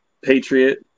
Patriot